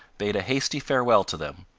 bade a hasty farewell to them,